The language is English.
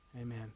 Amen